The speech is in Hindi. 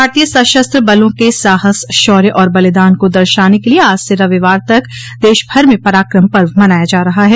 भारतीय सशस्त्र बलों के साहस शौर्य और बलिदान को दर्शाने के लिए आज से रविवार तक देश भर में पराक्रम पर्व मनाया जा रहा है